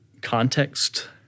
context